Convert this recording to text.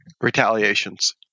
Retaliations